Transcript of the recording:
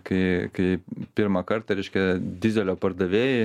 kai kai pirmą kartą reiškia dyzelio pardavėjai